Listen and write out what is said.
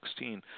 2016